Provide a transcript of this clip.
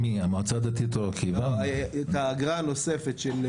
הבנתי שאתם אף פעם לא דיברתם על